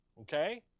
Okay